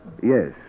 Yes